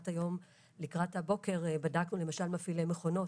לקראת הבוקר בדקנו למשל מפעילי מכונות.